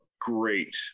great